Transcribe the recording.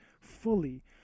fully